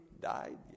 died